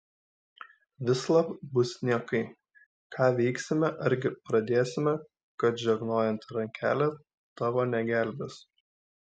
vislab bus niekai ką veiksime argi pradėsime kad žegnojanti rankelė tavo negelbės